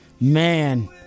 man